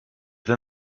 then